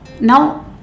Now